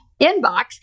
inbox